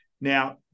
Now